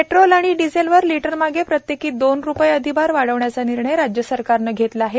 petrol आणि डिझेलवर लिटरमागे प्रत्येकी दोन रुपये अधिभार वाढवण्याचा निर्णय राज्य सरकारनं घेतला आहे